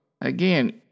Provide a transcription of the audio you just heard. again